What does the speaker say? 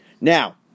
Now